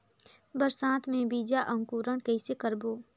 बरसात मे बीजा अंकुरण कइसे करबो?